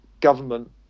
government